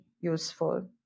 useful